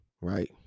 right